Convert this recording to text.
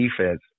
defense